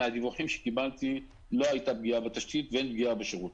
מהדיווחים שקיבלתי לא הייתה פגיעה בתשתית ואין פגיעה בשירות.